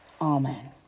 Amen